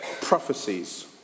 prophecies